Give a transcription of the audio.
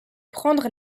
prendre